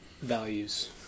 values